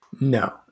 no